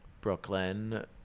brooklyn